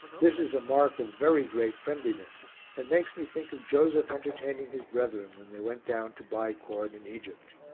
this is a mark of very great friendliness and makes me think of joseph entertaining his brethren when they went down to buy corn in egypt.